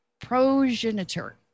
progenitor